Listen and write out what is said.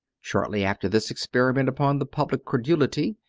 shortly after this experiment upon the public credulity,